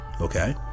okay